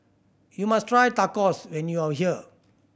you must try Tacos when you are here